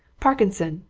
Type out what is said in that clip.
parkinson,